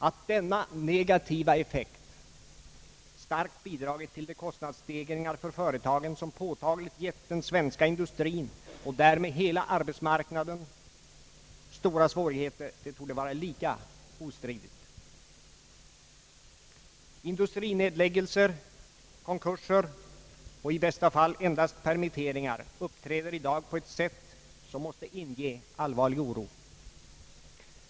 Att denna negativa effekt starkt bidragit till de kostnadsstegringar för företagen som påtagligt gett den svenska industrien och därmed hela arbetsmarknaden stora svårigheter torde vara lika ostridigt. Industrinedläg gelser, konkurser och i bästa fall endast permitteringar uppträder i dag på ett sätt som måste inge allvarlig oro.